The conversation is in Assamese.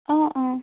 অঁ অঁ